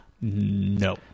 no